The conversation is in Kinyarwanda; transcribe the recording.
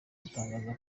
gutangaza